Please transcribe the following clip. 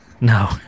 No